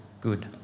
good